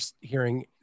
hearing